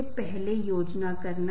हमें अच्छा लग रहा है